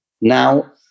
Now